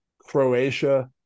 Croatia